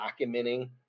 documenting